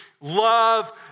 love